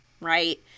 right